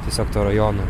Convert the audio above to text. tiesiog to rajono